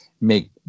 make